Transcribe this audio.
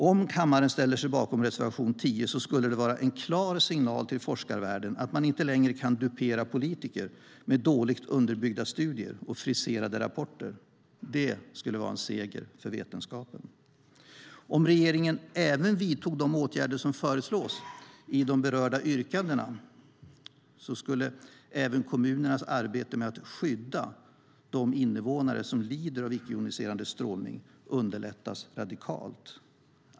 Om kammaren ställer sig bakom reservation 10 skulle det vara en klar signal till forskarvärden att man inte längre kan dupera politiker med dåligt underbyggda studier och friserade rapporter. Det skulle vara en seger för vetenskapen. Om regeringen vidtog de åtgärder som föreslås i de berörda yrkandena skulle även kommunernas arbete med att skydda de invånare som lider av icke-joniserande strålning underlättas radikalt.